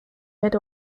mid